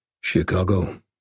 Chicago